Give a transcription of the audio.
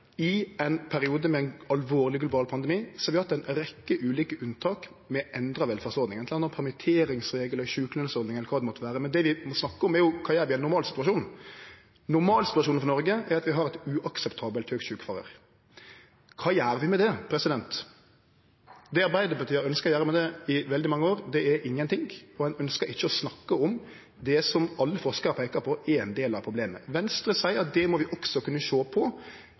I ein periode med ein alvorleg global pandemi, har vi hatt ei rekkje ulike unntak med endra velferdsordningar, bl.a. permitteringsreglar, sjukelønsordning eller kva det måtte vere. Men det vi må snakke om, er kva vi gjer i ein normalsituasjon. Normalsituasjonen for Noreg er at vi har eit uakseptabelt høgt sjukefråvære. Kva gjer vi med det? Det Arbeidarpartiet har ønskt å gjere med det i veldig mange år, det er ingenting, og ein ønskjer ikkje å snakke om det som alle forskarar peiker på er ein del av problemet. Venstre seier at det må vi også kunne sjå på,